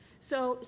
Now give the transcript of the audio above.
so,